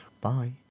Bye